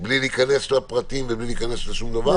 בלי להיכנס לפרטים ובלי להיכנס לשום דבר.